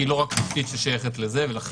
כי היא תשתית ששייכת לא רק לזה ולכן